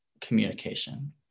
communication